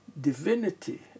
divinity